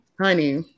honey